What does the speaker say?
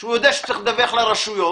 הוא יודע שצריך לדווח לרשויות,